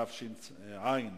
התשס"ט 2009,